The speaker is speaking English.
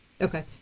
okay